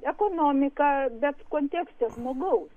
ekonomika bet kontekste žmogaus